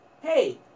Hey